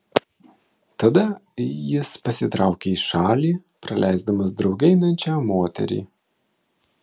tada jis pasitraukia į šalį praleisdamas drauge einančią moterį